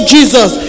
Jesus